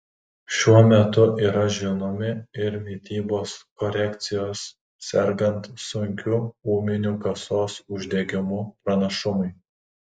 šiuo metu yra žinomi ir mitybos korekcijos sergant sunkiu ūminiu kasos uždegimu pranašumai